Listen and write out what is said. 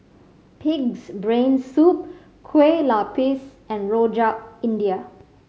Pig's Brain Soup Kueh Lupis and Rojak India